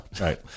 Right